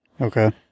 okay